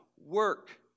work